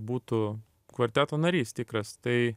būtų kvarteto narys tikras tai